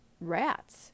rats